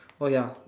oh ya